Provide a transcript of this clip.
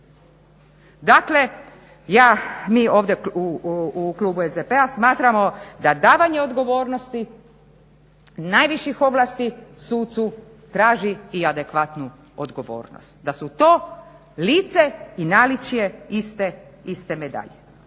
Dakle mi ovdje u klubu SDP-a smatramo da davanje odgovornosti najviših ovlasti sucu traži i adekvatnu odgovornost, da su to lice i naličje iste medalje.